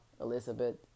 Elizabeth